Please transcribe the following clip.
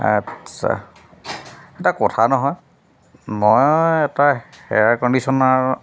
আচ্ছা এটা কথা নহয় মই এটা হেয়াৰ কণ্ডিশ্যনাৰ